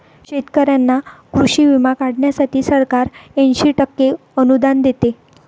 शेतकऱ्यांना कृषी विमा काढण्यासाठी सरकार ऐंशी टक्के अनुदान देते